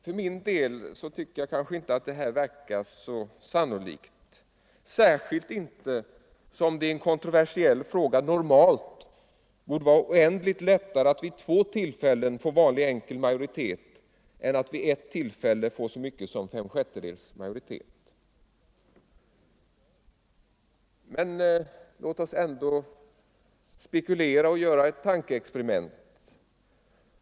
För min del tror jag inte att detta är sannolikt, särskilt som det i en kontroversiell fråga normalt borde vara oerhört mycket lättare att vi två tillfällen få vanlig enkel majoritet än att vid ert tillfälle få så mycket som fem sjättedels majoritet. Låt oss ändå spekulera och göra ett tankeexperiment.